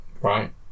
Right